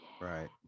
Right